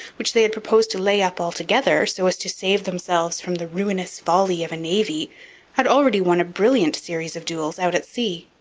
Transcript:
which they had proposed to lay up altogether, so as to save themselves from the ruinous folly of a navy had already won a brilliant series of duels out at sea.